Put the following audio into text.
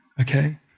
okay